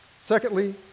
Secondly